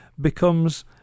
becomes